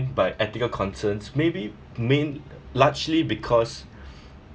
by ethical concerns may be main~ largely because